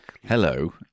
Hello